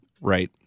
Right